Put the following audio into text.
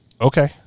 Okay